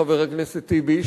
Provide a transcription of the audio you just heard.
חבר הכנסת טיבי,